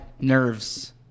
nerves